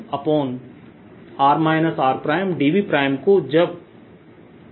r r